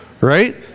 Right